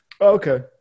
Okay